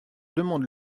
demande